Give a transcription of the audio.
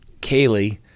Kaylee